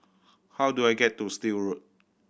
how do I get to Still Road